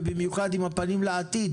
ובמיוחד עם הפנים לעתיד